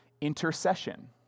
intercession